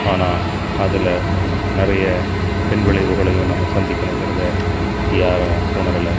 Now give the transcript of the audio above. ஆனால் அதில் நிறைய பின்விளைவுகளையும் நம்ம சந்திக்கணுங்கிறதை யாரும் உணரலை